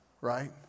right